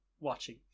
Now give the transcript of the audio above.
watching